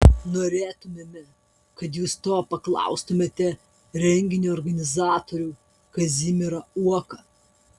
norėtumėme kad jūs to paklaustumėte renginio organizatorių kazimierą uoką